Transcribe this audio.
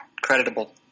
creditable